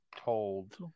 told